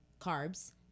carbs